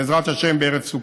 בעזרת השם בערב סוכות,